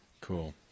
Cool